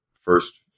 first